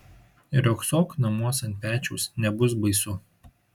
riogsok namuos ant pečiaus nebus baisu